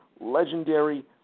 legendary